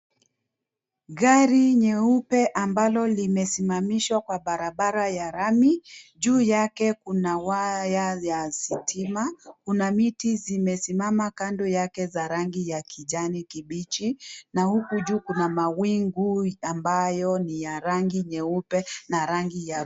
Gari nyeupe ambalo limesimamishwa kwa barabara ya lami. Juu yake kuna waya ya stima. Kuna miti zimesimama kando yake za rangi ya kijani kibichi na huku juu kuna mawingu ambayo ni ya rangi nyeupe na rangi ya.